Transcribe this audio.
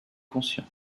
conscient